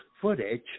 footage